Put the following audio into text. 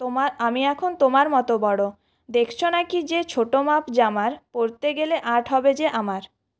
আমি এখন তোমার মতো বড়ো দেখছো না কি যে ছোটো মাপ জামার পরতে গেলে আঁট হবে যে আমার